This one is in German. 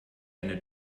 eine